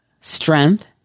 strength